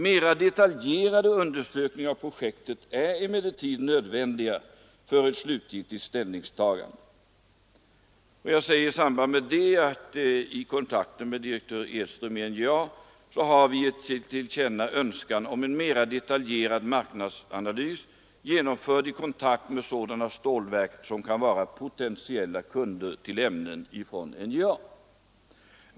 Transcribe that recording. Mera detaljerade undersökningar av projektet är emellertid nödvändiga för ett slutgiltigt ställningstagande.” I samband med detta säger jag att vi i kontakter med direktör Edström i NJA har gett till känna ”önskan om en mera detaljerad marknadsanalys genomförd i kontakt med sådana stålverk som kan vara potentiella kunder till ämnen ifrån NJA”.